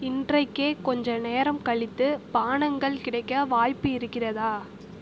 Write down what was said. இன்றைக்கே கொஞ்சம் நேரம் கழித்து பானங்கள் கிடைக்க வாய்ப்பு இருக்கிறதா